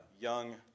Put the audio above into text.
young